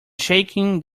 shaking